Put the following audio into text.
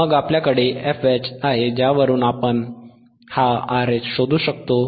मग आपल्याकडे fH आहे ज्यावरून आपण हा RH शोधू शकतो